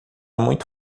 muito